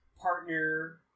partner